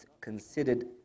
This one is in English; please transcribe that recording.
considered